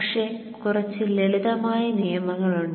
പക്ഷേ കുറച്ച് ലളിതമായ നിയമങ്ങളുണ്ട്